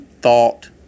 thought